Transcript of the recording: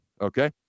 okay